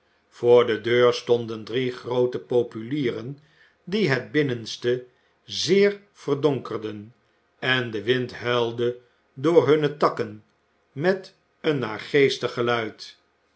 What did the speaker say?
voor de deur stonden drie groote populieren die het binnenste zeer verdonkerden en de wind huilde door hunne takken met een naargeestig geluid